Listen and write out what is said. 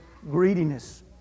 greediness